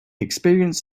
experience